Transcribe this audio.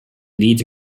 leeds